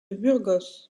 burgos